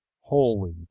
HOLY